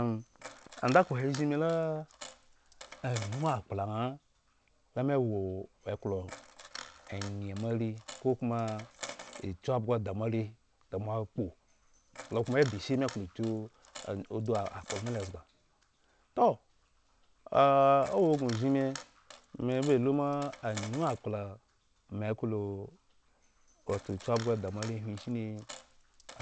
ah andakh po he zhin me la anyuŋ akpla ŋha la me wo ekelo e enye moare kokoma ekyuabhgo da moare da moakpo la koma edashi me klo kyua- udu akplo milozga toh a wo gŋo zhiŋ me, me ba lu ma anyuŋ akpla me klo wato kyuabhgo da moarrehwin shine